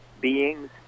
beings